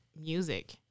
music